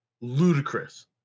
ludicrous